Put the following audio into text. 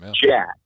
Jack